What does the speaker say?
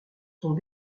sont